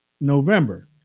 November